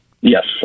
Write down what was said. Yes